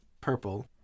purple